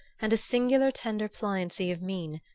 and a singular tender pliancy of mien,